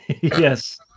yes